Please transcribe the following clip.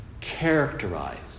characterized